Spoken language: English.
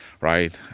right